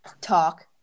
talk